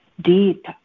Deep